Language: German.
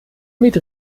mit